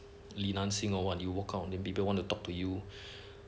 li nanxing or what you walk out or people want to talk to you